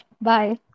bye